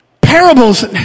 parables